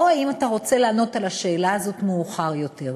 או: האם אתה רוצה לענות על השאלה הזאת מאוחר יותר?